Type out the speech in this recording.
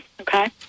Okay